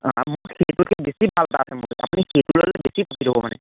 অঁ মোৰ তাত সেইটোতকৈ বেছি ভাল এটা আছে মোৰ তাত আপুনি সেইটো ল'লে বেছি প্ৰফিট হ'ব মানে